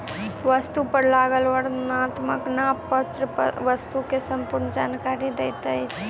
वस्तु पर लागल वर्णनात्मक नामपत्र वस्तु के संपूर्ण जानकारी दैत अछि